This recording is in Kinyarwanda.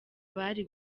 bari